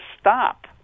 stop